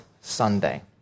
Sunday